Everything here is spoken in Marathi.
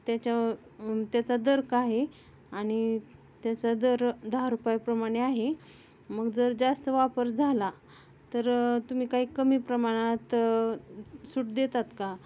त्याच्या त्याचा दर काय आहे आणि त्याचा दर दहा रुपयेप्रमाणे आहे मग जर जास्त वापर झाला तर तुम्ही काही कमी प्रमाणात सूट देतात का